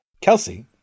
Kelsey